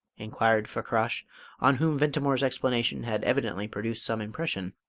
inquired fakrash, on whom ventimore's explanation had evidently produced some impression.